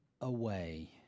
away